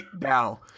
now